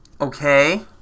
Okay